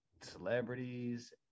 celebrities